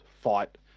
fight